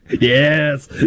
Yes